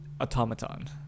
automaton